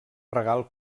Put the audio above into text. regal